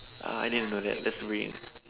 uh I didn't know that that's weird